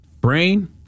Brain